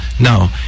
No